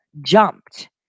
jumped